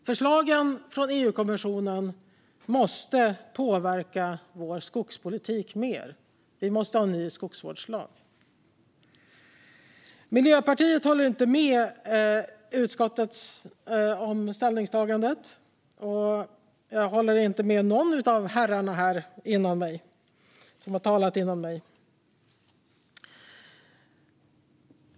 Förslagen från EU-kommissionen måste påverka vår skogspolitik mer. Vi måste ha en ny skogsvårdslag. Miljöpartiet håller inte med om utskottets ställningstagande, och jag håller inte med någon av herrarna som har talat före mig.